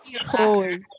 close